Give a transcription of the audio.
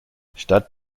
statt